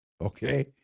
Okay